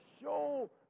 show